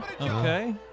Okay